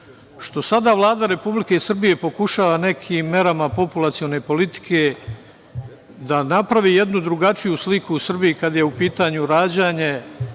Što sada Vlada Republike Srbije pokušava nekim merama populacione politike da napravi jednu drugačiju sliku u Srbiji kada je u pitanju rađanje